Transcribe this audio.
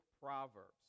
Proverbs